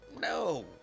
No